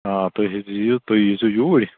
آ تُہۍ حظ یِیِو تُہۍ ییٖزیو یوٗرۍ